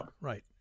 Right